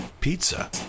pizza